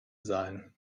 sein